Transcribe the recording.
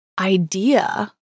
idea